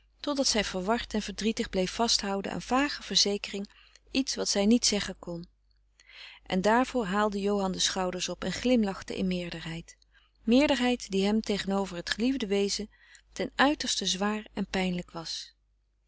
totdat zij verward en verdrietig bleef vasthouden aan vage verzekering iets wat zij niet zeggen kon en daarvoor haalde johan de schouders op en glimlachte in meerderheid meerderheid die hem tegenover het geliefde wezen ten uiterste zwaar en pijnlijk was